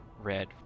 red